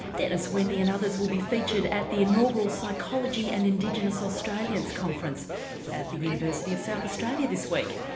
dennis, wendy and others will be featured at the inaugural psychology and indigenous australians conference at the university of south australia this week.